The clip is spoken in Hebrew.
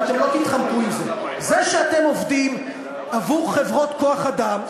ואתם לא תתחמקו מזה: זה שאתם עובדים עבור חברות כוח-אדם,